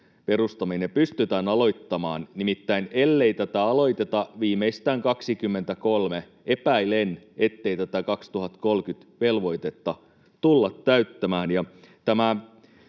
perustaminen pystytään aloittamaan. Nimittäin ellei tätä aloiteta viimeistään 2023, epäilen, ettei tätä 2030-velvoitetta tulla täyttämään.